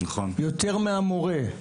יותר מהמורה.